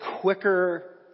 quicker